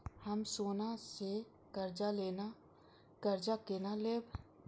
हम सोना से कर्जा केना लैब?